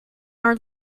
our